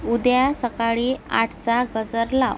उद्या सकाळी आठचा गजर लाव